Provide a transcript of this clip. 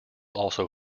also